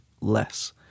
less